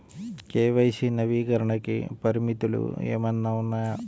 KYC నవీకరణకి పరిమితులు ఏమన్నా ఉన్నాయా?